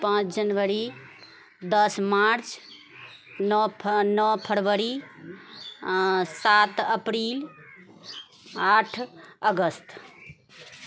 पाँच जनवरी दश मार्च नओ फरवरी सात अप्रील आठ अगस्त